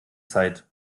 zeit